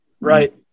right